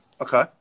okay